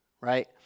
right